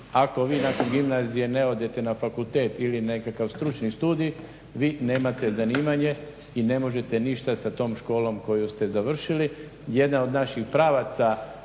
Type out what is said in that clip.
Ako vi nakon gimnazije ne odete na fakultet ili nekakav stručni studij vi nemate zanimanje i ne možete ništa sa tom školom koju ste završili. Jedan od naših pravaca